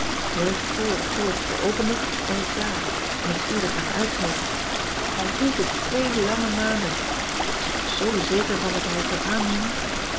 uist voordat ollege weer opende was het klaar en ik stuurde het naar een uitgever ij hield het twee lange maanden en ik was er toch zoo zeker van dat hij het zou aannemen